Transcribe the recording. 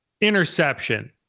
Interception